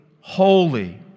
holy